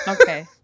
Okay